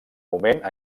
moment